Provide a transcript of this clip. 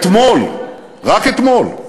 אתמול, רק אתמול,